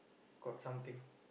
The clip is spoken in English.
got something